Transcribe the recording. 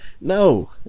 no